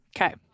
okay